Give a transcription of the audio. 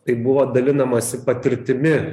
tai buvo dalinamasi patirtimi